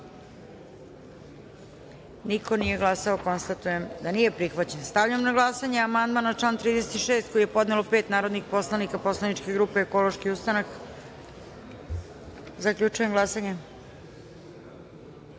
niko nije glasao. Konstatujem da amandman nije prihvaćen. Stavljam na glasanje amandman na član 36. koji je podnelo pet narodnih poslanika poslaničke grupe Ekološki ustanak. Zaključujem glasanje: